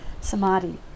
Samadhi